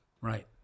Right